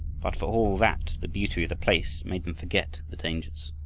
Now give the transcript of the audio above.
but for all that the beauty of the place made them forget the dangers.